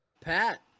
Pat